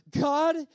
God